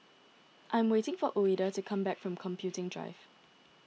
I am waiting for Ouida to come back from Computing Drive